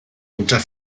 unter